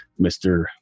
Mr